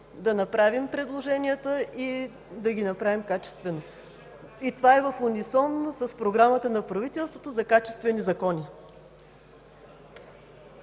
да направим предложенията и да ги направим качествено. Това е в унисон с програмата на правителството за качествени закони.